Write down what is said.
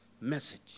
message